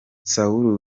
saul